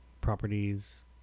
properties